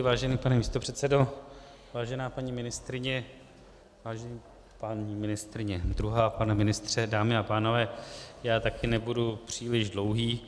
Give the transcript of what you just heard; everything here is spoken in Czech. Vážený pane místopředsedo, vážená paní ministryně, vážená paní ministryně druhá, pane ministře, dámy a pánové, já taky nebudu příliš dlouhý.